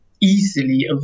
easily